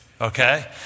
Okay